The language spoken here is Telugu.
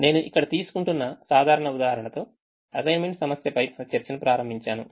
నేను ఇక్కడ తీసుకుంటున్న సాధారణ ఉదాహరణతో అసైన్మెంట్ సమస్యపై మన చర్చను ప్రారంభించాను